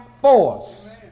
force